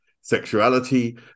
sexuality